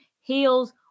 heals